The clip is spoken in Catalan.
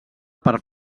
per